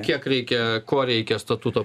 kiek reikia ko reikia statuto